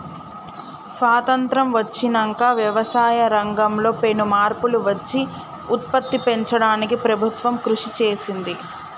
స్వాసత్రం వచ్చినంక వ్యవసాయ రంగం లో పెను మార్పులు వచ్చి ఉత్పత్తి పెంచడానికి ప్రభుత్వం కృషి చేసింది